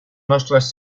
nostres